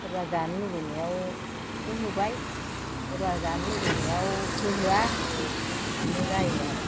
सोरबा जानो लुबैनायाव होहोबाय सोरबा जानो लुबैनायाव होहोआ बिदिनो जायो आरो